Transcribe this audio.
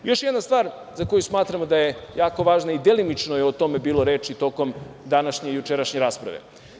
Još jedna stvar za koju smatramo da je jako važna i delimično je o tome bilo reči tokom današnje i jučerašnje rasprave.